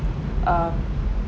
uh